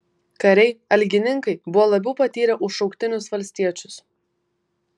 kariai algininkai buvo labiau patyrę už šauktinius valstiečius